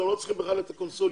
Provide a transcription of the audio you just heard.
אתם לא צריכים בכלל את הקונסוליה,